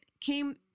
came